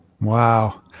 Wow